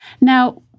Now